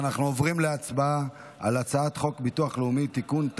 אנחנו עוברים להצבעה על הצעת חוק הביטוח הלאומי (תיקון,